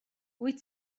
wyt